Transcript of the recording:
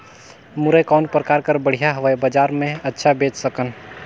मुरई कौन प्रकार कर बढ़िया हवय? बजार मे अच्छा बेच सकन